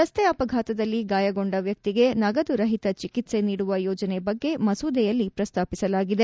ರಸ್ತೆ ಅಪಘಾತದಲ್ಲಿ ಗಾಯಗೊಂಡ ವ್ಯಕ್ತಿಗೆ ನಗದುರಹಿತ ಚಿಕಿತ್ವೆ ನೀಡುವ ಯೋಜನೆ ಬಗ್ಗೆ ಮಸೂದೆಯಲ್ಲಿ ಪ್ರಸ್ತಾಪಿಸಲಾಗಿದೆ